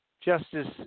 justice